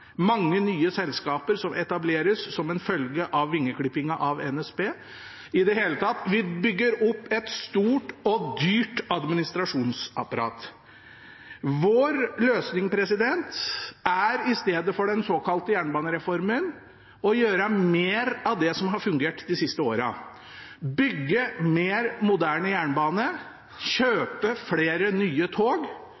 mange nye selskaper etableres som en følge av vingeklippingen av NSB. I det hele tatt: Vi bygger opp et stort og dyrt administrasjonsapparat. Vår løsning er, i stedet for den såkalte jernbanereformen, å gjøre mer av det som har fungert de siste årene – bygge en mer moderne jernbane,